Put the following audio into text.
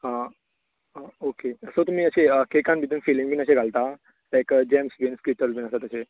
आं आ okay so तुमी अशें कॅकांत भितर फिलींग बीन अशें घालता लायक जॅम्स बीन बीन आसा तशें